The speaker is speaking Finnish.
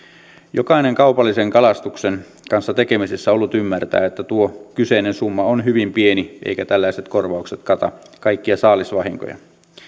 jokainen kaupallisen kalastuksen kanssa tekemisissä ollut ymmärtää että tuo kyseinen summa on hyvin pieni eivätkä tällaiset kor vaukset kata kaikkia saalisvahinkoja